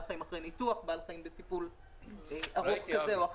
חיים אחרי ניתוח או בטיפול ארוך אחר.